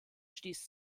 stieß